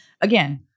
again